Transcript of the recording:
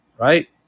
Right